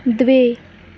द्वे